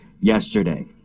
yesterday